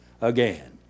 again